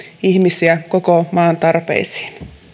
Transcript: ihmisiä koko maan tarpeisiin